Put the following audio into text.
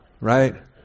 right